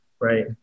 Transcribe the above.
right